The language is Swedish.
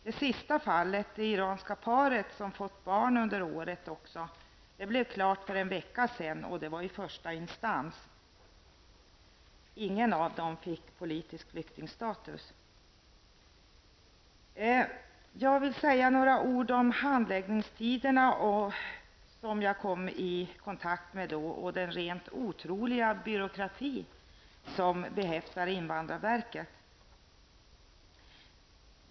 Det sistnämnda fallet -- det iranska paret, som också har fått barn under året -- blev klart för en vecka sedan i första instans. Ingen av dem fick politisk flyktingstatus. Jag vill också säga några ord om handläggningstiderna, som jag kom i kontakt med, och den rent otroliga byråkrati som behäftar invandrarverket.